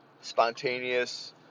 spontaneous